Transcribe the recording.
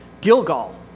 Gilgal